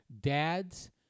dads